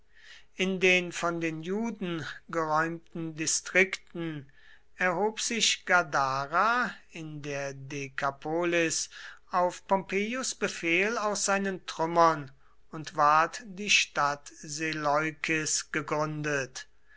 in den von den juden geräumten distrikten erhob sich gadara in der dekapolis auf pompeius befehl aus seinen trümmern und ward die stadt seleukis gegründet